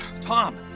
Tom